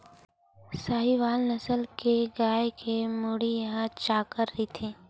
साहीवाल नसल के गाय के मुड़ी ह चाकर रहिथे